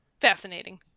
fascinating